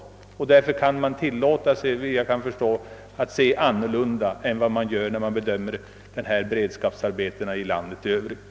Såvitt jag kan förstå, kan man därför tillåta sig en annan syn på dessa frågor när det gäller Norrland än den man anlägger när man bedömer frågan om beredskapsarbeten i landet i övrigt.